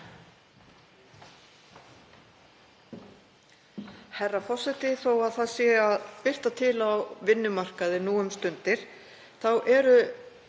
Herra forseti. Þó að það sé að birta til á vinnumarkaði nú um stundir þá eru